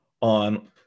on